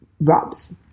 rubs